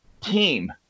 team